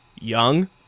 young